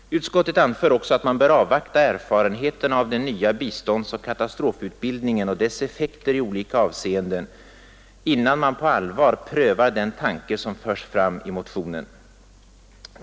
Utskottet anför också att man bör avvakta erfarenheterna av den nya biståndsoch katastrofutbildningen och dess effekter i olika avseenden, innan man på allvar prövar den tanke som förs fram i motionen.